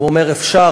הוא אומר: אפשר,